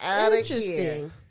interesting